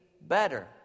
better